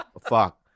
Fuck